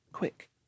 quick